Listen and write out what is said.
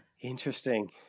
Interesting